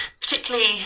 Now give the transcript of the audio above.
particularly